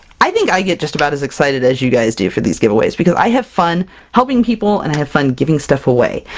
i think i get just about as excited as you guys do for these giveaways, because i have fun helping people, and i have fun giving stuff away!